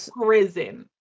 prison